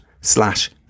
slash